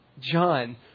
John